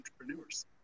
entrepreneurs